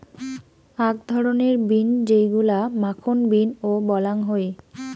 আক ধরণের বিন যেইগুলা মাখন বিন ও বলাং হই